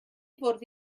fwrdd